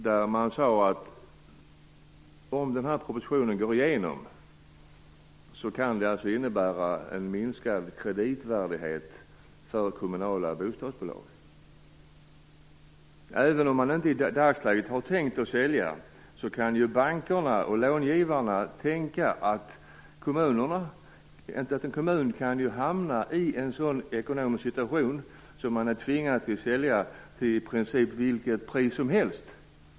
Där framhölls att ett bifall till propositionen kan innebära en minskad kreditvärdighet för kommunala bostadsbolag. Även om man inte i dagsläget avser att sälja, kan bankerna och långivarna tänka att en kommun kan hamna i en sådan ekonomisk situation att den är tvingad att sälja till i princip vilket pris som helst.